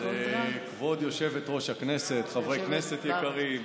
אז כבוד יושבת-ראש הישיבה, חברי כנסת יקרים,